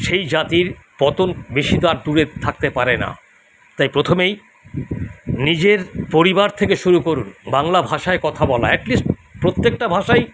সেই জাতির পতন বেশি তার দূরে থাকতে পারে না তাই প্রথমেই নিজের পরিবার থেকে শুরু করুন বাংলা ভাষায় কথা বলা অ্যাট লিস্ট প্রত্যেকেটা ভাষাই